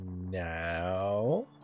now